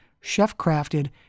chef-crafted